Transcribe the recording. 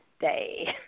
day